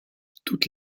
toute